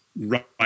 right